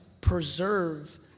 preserve